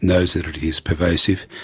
knows that it is pervasive,